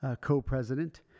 co-president